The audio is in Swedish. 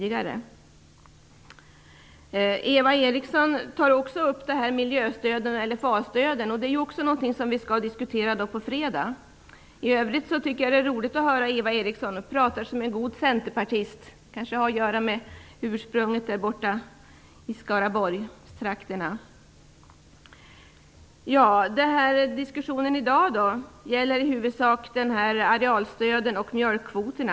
Också Eva Eriksson tog upp miljöstödet och LFA stödet, som vi likaledes skall diskutera på fredag. Det är roligt att lyssna på Eva Eriksson. Hon talar som en god centerpartist, vilket kanske har att göra med att hon kommer från Skaraborgs län. Dagens diskussion gäller huvudsakligen arealstödet och mjölkkvoterna.